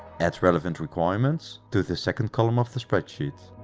add relevant requirements to the second column of the spreadsheet.